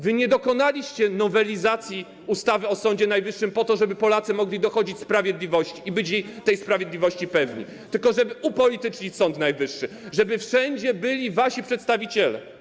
Wy nie dokonaliście nowelizacji ustawy o Sądzie Najwyższym po to, żeby Polacy mogli dochodzić sprawiedliwości i być tej sprawiedliwości pewni, tylko żeby upolitycznić Sąd Najwyższy, żeby wszędzie byli wasi przedstawiciele.